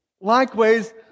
Likewise